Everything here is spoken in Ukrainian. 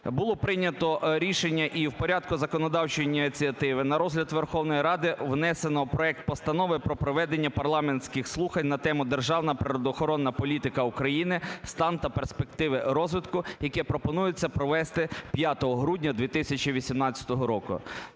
було прийнято рішення і в порядку законодавчої ініціативи на розгляд Верховної Ради внесено було у проект Постанови про проведення парламентських слухань на тему: "Державна природоохоронна політика України: стан та перспективи розвитку", яке пропонується провести 5 грудня 2018 року.